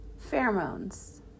Pheromones